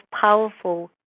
powerful